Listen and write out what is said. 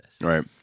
Right